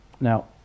Now